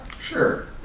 Sure